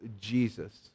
Jesus